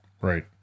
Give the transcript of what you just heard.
Right